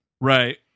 Right